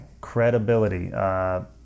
credibility